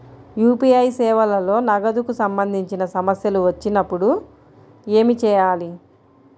UPI సేవలలో నగదుకు సంబంధించిన సమస్యలు వచ్చినప్పుడు ఏమి చేయాలి?